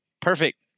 perfect